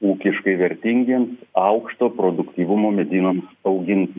ūkiškai vertingiems aukšto produktyvumo medynam auginti